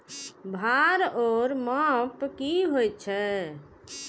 भार ओर माप की होय छै?